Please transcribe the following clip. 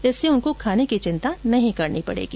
इससे उसको खाने की चिंता नहीं करनी पड़ेगी